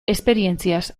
esperientziaz